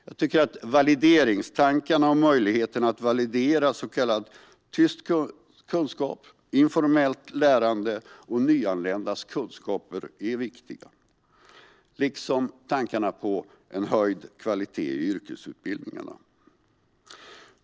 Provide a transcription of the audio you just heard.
Jag tycker att valideringstankarna och möjligheten att validera så kallad tyst kunskap, informellt lärande och nyanländas kunskaper är viktiga liksom tankarna om höjd kvalitet i yrkesutbildningarna.